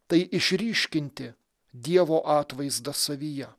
tai išryškinti dievo atvaizdą savyje